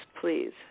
please